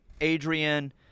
Adrian